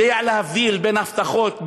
יודע להבדיל בין הבטחות,